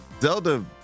zelda